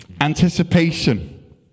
anticipation